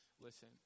listen